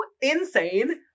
insane